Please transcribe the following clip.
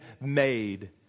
made